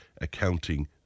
accounting